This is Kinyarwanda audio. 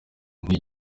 nkiko